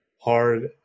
hard